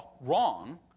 wrong